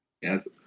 Yes